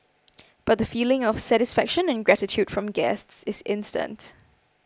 but the feeling of satisfaction and gratitude from guests is instant